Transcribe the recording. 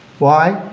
why?